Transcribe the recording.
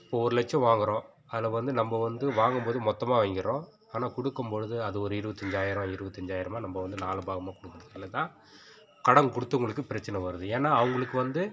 இப்போது ஒரு லட்சம் வாங்குறோம் அதில் வந்து நம்ம வந்து வாங்கும்போது மொத்தமாக வாங்கிறோம் ஆனால் கொடுக்கம்பொழுது அது ஒரு இருபத்தஞ்சாயிரம் இருபத்தஞ்சாயிரமா நம்ம வந்து நாலு பாகமா கொடுக்கறதுதால தான் கடன் கொடுத்தவங்களுக்கு பிரச்சின வருது ஏன்னால் அவங்களுக்கு வந்து